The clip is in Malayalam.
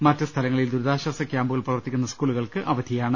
മറ്റ് സ്ഥലങ്ങ ളിൽ ദുരിതാശ്വാസ ക്യാമ്പുകൾ പ്രവർത്തിക്കുന്ന സ്കൂളുകൾക്കും ഇന്ന് അവ ധിയാണ്